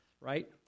right